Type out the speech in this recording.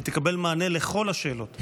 היא תקבל מענה על כל השאלות.